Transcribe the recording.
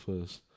first